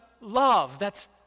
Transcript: love—that's